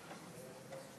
ספרתי.